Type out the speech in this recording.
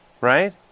Right